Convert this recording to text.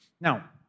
Now